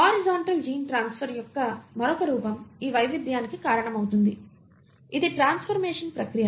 horizontal gene transfer యొక్క మరొక రూపం ఈ వైవిధ్యానికి కారణమవుతుంది ఇది ట్రాన్సఫార్మషన్ ప్రక్రియ